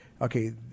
Okay